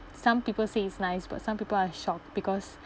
some people say it's nice but some people are shocked because